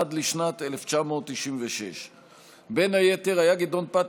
עד לשנת 1996. בין היתר היה גדעון פת